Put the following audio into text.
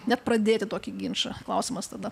net pradėti tokį ginčą klausimas tada